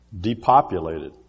depopulated